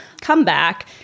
comeback